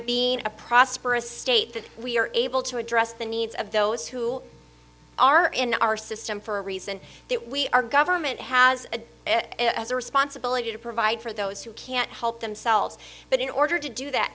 being a prosperous state that we are able to address the needs of those who are in our system for a reason that we our government has a as a responsibility to provide for those who can't help themselves but in order to do that